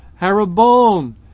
Harabon